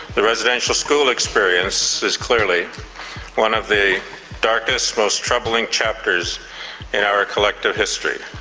the residential school experience is clearly one of the darkest, most troubling chapters in our collective history.